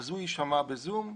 אז הוא יישמע ב"זום",